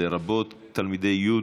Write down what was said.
לרבות תלמידי י',